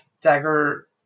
Dagger